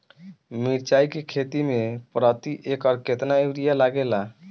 मिरचाई के खेती मे प्रति एकड़ केतना यूरिया लागे ला?